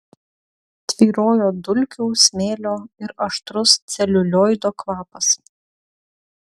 tvyrojo dulkių smėlio ir aštrus celiulioido kvapas